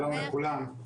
שלום לכולם.